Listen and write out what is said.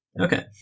Okay